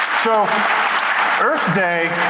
so earth day,